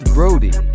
Brody